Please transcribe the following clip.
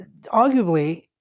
arguably